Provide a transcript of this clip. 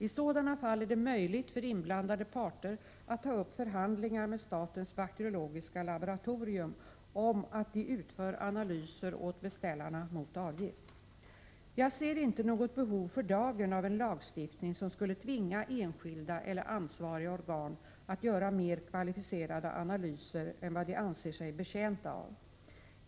I sådana fall är det möjligt för inblandade parter att ta upp förhandlingar med statens bakteriologiska laboratorium om att det utför analyser åt beställarna mot avgift. Jag ser inte något behov för dagen av en lagstiftning som skulle tvinga enskilda eller ansvariga organ att göra mer kvalificerade analyser än vad de anser sig betjänta av.